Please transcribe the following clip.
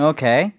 Okay